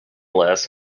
last